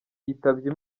yitabye